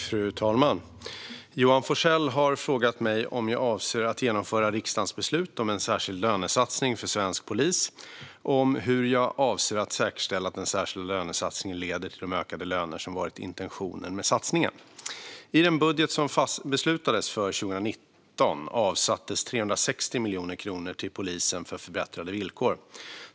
Fru talman! Johan Forssell har frågat mig om jag avser att genomföra riksdagens beslut om en särskild lönesatsning för svensk polis och hur jag avser att säkerställa att den särskilda lönesatsningen leder till de ökade löner som varit intentionen med satsningen. I den budget som beslutades för 2019 avsattes 360 miljoner kronor till polisen för förbättrade villkor.